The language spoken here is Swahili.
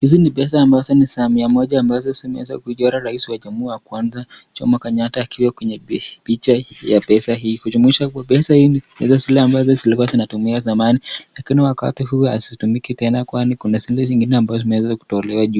Hizi ni pesa ambazo ni za mia moja ambazo zimeweza kuchora rais wa jamhuri wa kwanza Jomo kenyata akiwa kwenye picha ya pesa hii kujumuisha kuwa pesa hii ni zile ambazo zilikuwa zinatumika zamani lakini wakati huu hazitumiki tena kwani kuna zile zingine ambazo zimeweza kutolewa juzi.